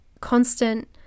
constant